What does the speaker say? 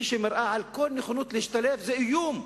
היא מראה שכל נכונות להשתלב היא איום,